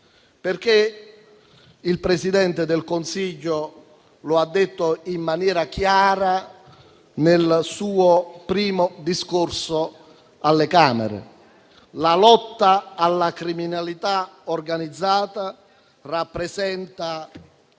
vista. Il Presidente del Consiglio lo ha detto in maniera chiara nel suo primo discorso alle Camere: la lotta alla criminalità organizzata rappresenta